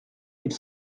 mille